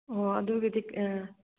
ꯑꯣ ꯑꯗꯨꯒꯤꯗ